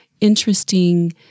interesting